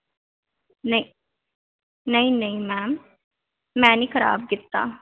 ਨਹੀਂ ਨਹੀਂ ਨਹੀਂ ਮੈਮ ਮੈਂ ਨਹੀਂ ਖਰਾਬ ਕੀਤਾ